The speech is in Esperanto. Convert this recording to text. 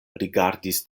rigardis